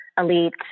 elite